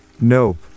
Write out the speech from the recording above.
Nope